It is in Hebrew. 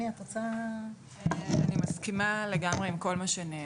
אני מסכימה לגמרי עם כל מה שנאמר.